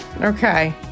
Okay